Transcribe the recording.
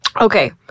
Okay